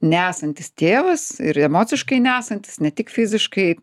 nesantis tėvas ir emociškai nesantis ne tik fiziškai